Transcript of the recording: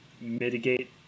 mitigate